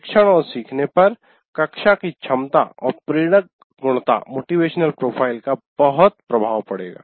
शिक्षण और सीखने पर कक्षा की क्षमता और प्रेरण गुणता का बहुत प्रभाव पड़ेगा